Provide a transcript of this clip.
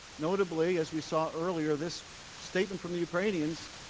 notably, as we saw earlier, this statement from the ukrainians